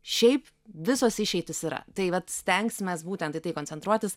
šiaip visos išeitys yra tai vat stengsimės būtent į tai koncentruotis